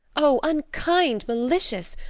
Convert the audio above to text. oh! unkind! malicious!